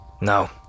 No